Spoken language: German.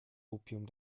opium